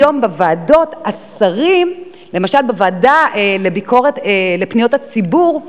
היום בוועדות, השרים, למשל, בוועדה לפניות הציבור,